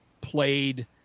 played